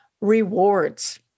rewards